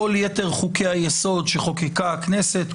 כל יתר חוקי-היסוד שחוקקה הכנסת,